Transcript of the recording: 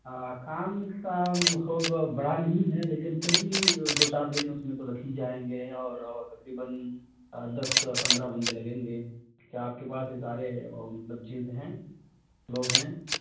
ہاں کام کام بڑا نہیں ہے لیکن پھر بھی دو چار دِن اُس میں تو لگ ہی جائیں گے اور تقریباً دس سے پندرہ بندے لگیں گے کیا آپ کے پاس یہ سارے مطلب چیز ہیں لوگ ہیں